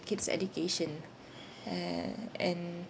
kids' education and and